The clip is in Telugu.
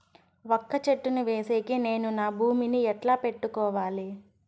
వక్క చెట్టును వేసేకి నేను నా భూమి ని ఎట్లా పెట్టుకోవాలి?